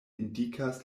indikas